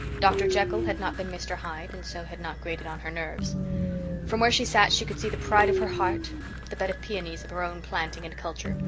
dr. jekyll had not been mr. hyde and so had not grated on her nerves from where she sat she could see the pride of her heart the bed of peonies of her own planting and culture,